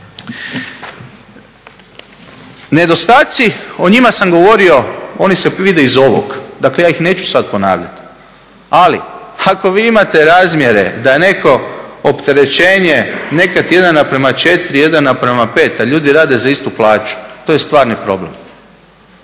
Nedostatci, o njima sam govorio, oni se vide iz ovog. Dakle, ja ih neću sad ponavljati. Ali ako vi imate razmjere da je neko opterećenje nekad 1:4, 1:5, a ljudi rade za istu plaću to je stvarni problem.